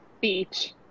Beach